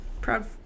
Proud